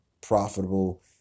profitable